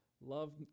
love